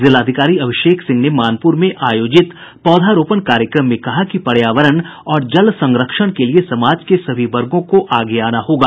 जिलाधिकारी अभिषेक सिंह ने मानपुर में आयोजित पौधा रोपण कार्यक्रम में कहा कि पर्यावरण और जल संरक्षण के लिये समाज के सभी वर्गों को आगे आना होगा